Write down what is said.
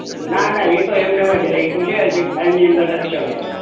ના ના એતો એમનેમ જ રાખ્યું છે હજી ફાઈલની અંદર નથી ચડાવ્યું